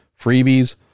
freebies